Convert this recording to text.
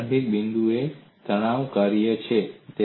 તેથી પ્રારંભિક બિંદુ એ તણાવ કાર્ય છે